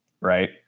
Right